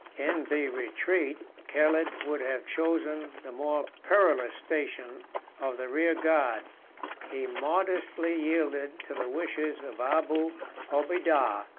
in the retreat, caled would have chosen the more perilous station of the rear-guard he modestly yielded to the wishes of abu obeidah.